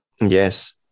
Yes